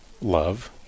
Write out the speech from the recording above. love